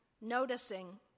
noticing